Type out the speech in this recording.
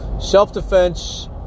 Self-defense